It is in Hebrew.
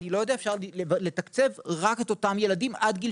אפשר לתקצב רק את אותם ילדים עד גיל